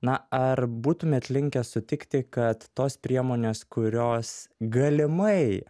na ar būtumėt linkęs sutikti kad tos priemonės kurios galimai